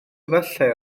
efallai